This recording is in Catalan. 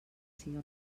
siga